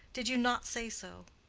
did you not say so?